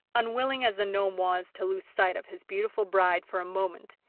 unwilling as the gnome was to lose sight of his beautiful bride for a moment,